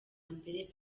mbere